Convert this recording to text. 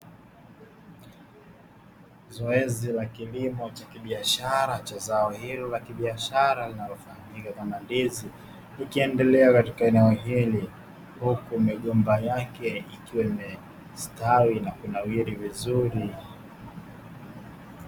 Zoezi la kilimo cha kibiashara cha zao hilo la kibiashara linalofahamika kama ndizi, ikiendelea katika eneo hili huku migomba yake ikiwemo stawi inakunawiri vizuri.